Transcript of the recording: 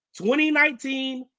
2019